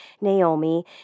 Naomi